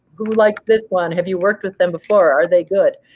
who liked this one? have you worked with them before? are they good?